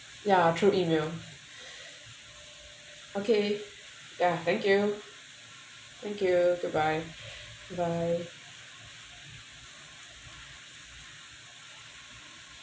ya through email okay ya thank you thank you goodbye bye